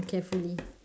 carefully